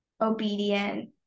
obedient